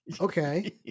Okay